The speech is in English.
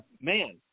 man